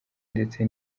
ndetse